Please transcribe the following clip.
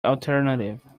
alternative